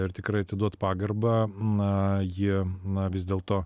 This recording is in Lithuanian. ir tikrai atiduot pagarbą na ji na vis dėlto